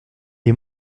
est